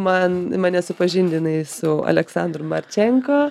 man mane supažindinai su aleksandru marčenko